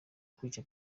kwica